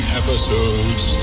episodes